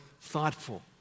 thoughtful